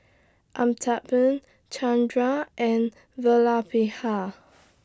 Amitabh Chandra and Vallabhbhai